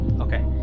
Okay